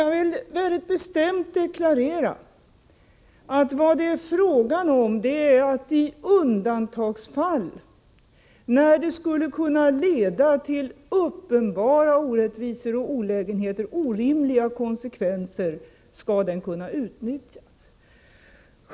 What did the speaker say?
Jag vill mycket bestämt deklarera att vad det är fråga om är att dispensregeln skall kunna utnyttjas i undantagsfall, när det eljest skulle kunna uppstå uppenbara orättvisor, olägenheter och orimliga konsekvenser.